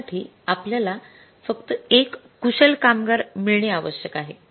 यासाठी आपल्याला फक्त 1 कुशल कामगार मिळणे आवश्यक आहे